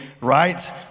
right